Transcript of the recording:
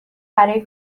برای